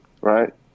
right